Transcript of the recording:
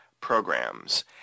programs